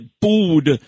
booed